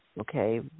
okay